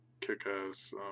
kick-ass